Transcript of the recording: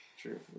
True